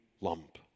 lump